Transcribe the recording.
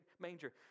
manger